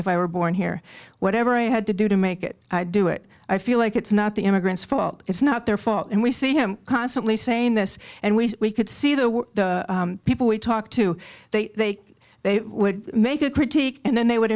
if i were born here whatever i had to do to make it do it i feel like it's not the immigrants fault it's not their fault and we see him constantly saying this and we could see the people we talked to they they would make a critique and then they would